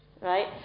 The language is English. right